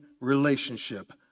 relationship